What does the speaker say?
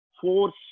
force